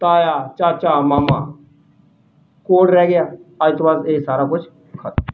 ਤਾਇਆ ਚਾਚਾ ਮਾਮਾ ਕੌਣ ਰਹਿ ਗਿਆ ਅੱਜ ਤੋਂ ਬਾਅਦ ਇਹ ਸਾਰਾ ਕੁਛ ਖ਼ਤਮ